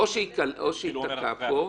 או שייתקע פה,